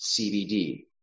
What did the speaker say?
CBD